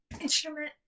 instrument